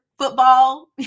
football